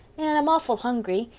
anne, i'm awful hungry.